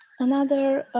another